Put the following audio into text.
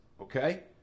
okay